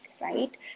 right